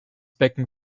becken